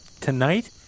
Tonight